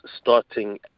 starting